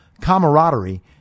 camaraderie